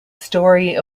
story